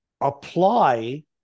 apply